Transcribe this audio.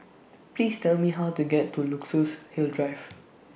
Please Tell Me How to get to Luxus Hill Drive